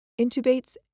intubates